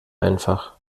einfach